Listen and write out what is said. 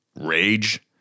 rage